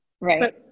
Right